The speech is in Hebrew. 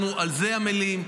אנחנו על זה עמלים.